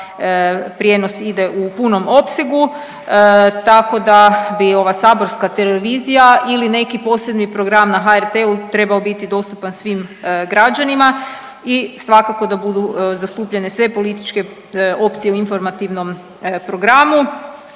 prijenos ide u punom opsegu tako da bi ova saborska televizija ili neki posebni program na HRT trebao biti dostupan svim građanima i svakako da budu zastupljene sve političke opcije u informativnom programu,